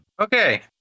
Okay